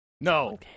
No